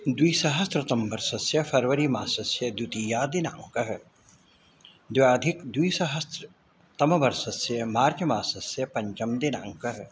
द्विसहस्रतमवर्षस्य पर्वरी मासस्य द्वितीया दिनाङ्कः द्व्याधिक द्विसहस्रतम वर्षस्य मार्च् मासस्य पञ्चमदिनाङ्कः